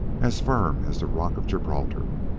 as firm as the rock of gibraltar.